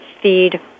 feed